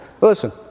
Listen